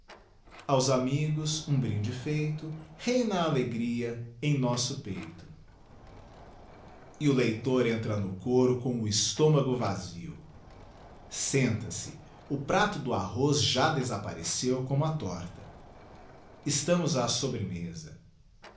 aos amigos um brinde feito reina a alegria em nosso peito digiti zedby google e o leitor entra no coro com o estômago vasio senta-se o prato do arroz jádesappareeeu como a torta estamos á sobremesa